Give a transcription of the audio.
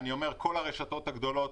אני אומר שכל הרשתות הגדולות,